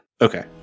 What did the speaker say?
Okay